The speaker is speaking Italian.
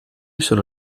sono